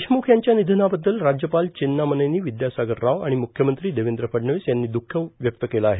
देशम्ख यांच्या निधनाबद्दल राज्यपाल चेन्नामनेनी विद्यासागर राव आणि मुख्यमंत्री देवेंद्र फडणवीस यांनी द्रःख व्यक्त केलं आहे